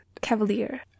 cavalier